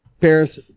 Paris